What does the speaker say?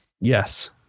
Yes